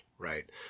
Right